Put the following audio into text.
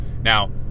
Now